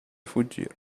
fuggire